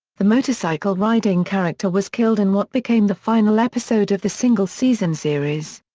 the motorcycle-riding character was killed in what became the final episode of the single-season series.